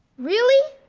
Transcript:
really?